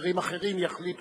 שכשעושים החרגה